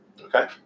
Okay